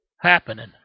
happening